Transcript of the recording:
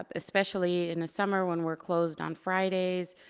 um especially in the summer when we're closed on fridays.